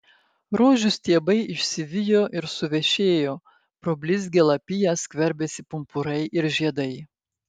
rožių stiebai išsivijo ir suvešėjo pro blizgią lapiją skverbėsi pumpurai ir žiedai